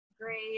great